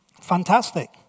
Fantastic